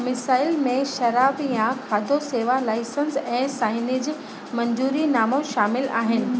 missile में शराब या खाधो शेवा लाइसंस ऐं साइनेज मंजूरीनामो शामिलु आहिनि